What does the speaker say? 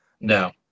No